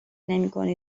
نمیکنی